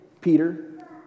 Peter